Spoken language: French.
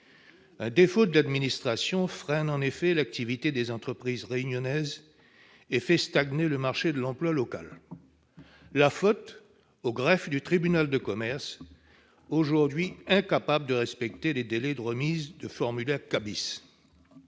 Un défaut de l'administration freine en effet l'activité des entreprises réunionnaises et fait stagner le marché de l'emploi local, la faute incombant au greffe du tribunal de commerce, aujourd'hui incapable de respecter les délais de remise du formulaire K Bis.